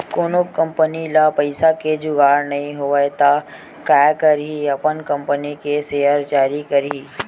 कोनो कंपनी ल पइसा के जुगाड़ नइ होवय त काय करही अपन कंपनी के सेयर जारी करही